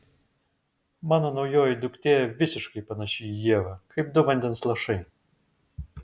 mano naujoji duktė visiškai panaši į ievą kaip du vandens lašai